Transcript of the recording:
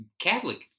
Catholic